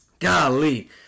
Golly